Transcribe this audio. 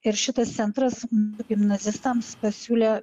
ir šitas centras gimnazistams pasiūlė